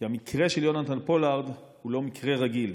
כי המקרה של יונתן פולארד הוא לא מקרה רגיל.